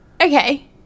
Okay